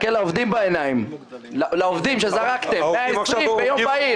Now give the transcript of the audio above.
תסתכל לעובדים בעיניים, לעובדים שזרקתם ביום בהיר.